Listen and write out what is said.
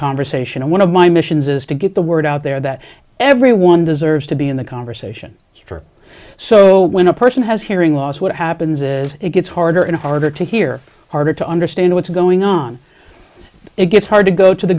conversation and one of my missions is to get the word out there that everyone deserves to be in the conversation for so when a person has hearing loss what happens is it gets harder and harder to hear harder to understand what's going on it gets hard to go to the